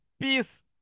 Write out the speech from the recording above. peace